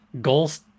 goals